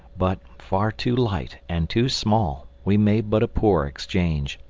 but, far too light and too small, we made but a poor exchange.